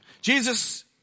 Jesus